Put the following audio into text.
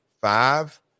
five